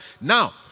Now